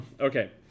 Okay